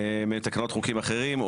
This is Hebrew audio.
מתקנות חוקים אחרים,